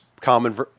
common